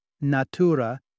Natura